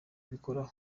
abikoraho